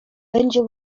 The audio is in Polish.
będzie